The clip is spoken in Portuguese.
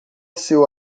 seu